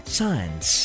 science